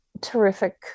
terrific